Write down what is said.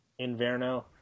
Inverno